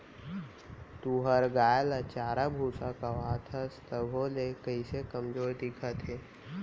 तुंहर गाय ल चारा भूसा खवाथस तभो ले कइसे कमजोरहा दिखत हे?